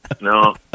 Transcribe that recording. No